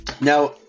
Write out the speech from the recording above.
now